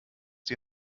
die